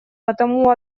потому